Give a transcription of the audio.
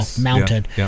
mounted